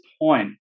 point